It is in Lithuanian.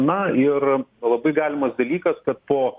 na ir labai galimas dalykas kad po